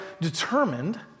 determined